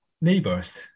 neighbors